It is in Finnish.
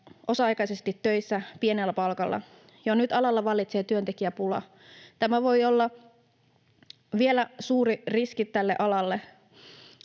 osa-aikaisesti töissä pienellä palkalla. Jo nyt alalla vallitsee työntekijäpula. Tämä voi olla vielä suuri riski tälle alalle.